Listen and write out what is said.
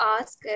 ask